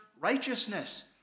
righteousness